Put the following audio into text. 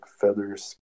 feathers